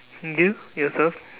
you yourself